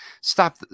Stop